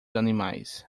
animais